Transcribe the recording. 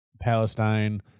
Palestine